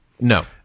No